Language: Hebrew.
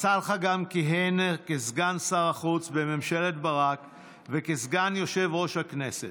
מסאלחה גם כיהן כסגן שר החוץ בממשלת ברק וכסגן יושב-ראש הכנסת.